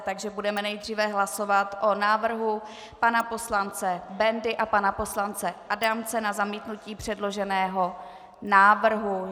Takže budeme nejdříve hlasovat o návrhu pana poslance Bendy a pana poslance Adamce na zamítnutí předloženého návrhu.